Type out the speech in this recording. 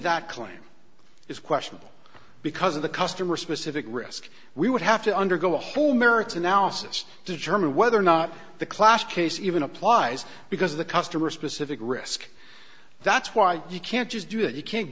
that claim is questionable because of the customer specific risk we would have to undergo a whole merits analysis to determine whether or not the classic case even applies because the customer specific risk that's why you can't just do it you can't